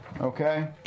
Okay